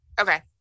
Okay